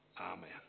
Amen